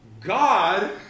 God